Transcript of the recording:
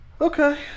Okay